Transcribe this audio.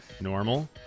Normal